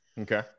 Okay